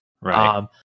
Right